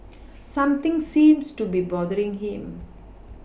something seems to be bothering him